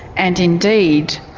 and, indeed,